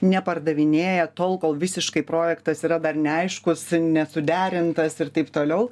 nepardavinėja tol kol visiškai projektas yra dar neaiškus nesuderintas ir taip toliau